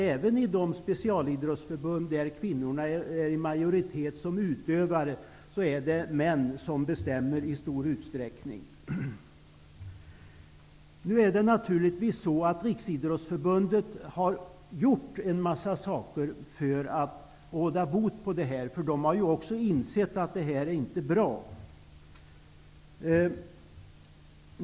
Även i de specialidrottsförbund där kvinnorna är som utövare i majoritet är det män som i stor utsträckning bestämmer. Riksidrottsförbundet har gjort en mängd saker för att råda bot på denna situation. Förbundet har insett att detta är inte bra.